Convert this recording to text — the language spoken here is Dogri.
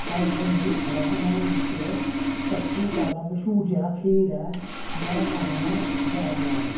साढ़ा जेहडा़ मुल्ख ऐ नुआढ़े बिच सब तू ज्यादा मश्हूर जेहडा़ खेल नुआढ़ा नां ऐ बेटबाल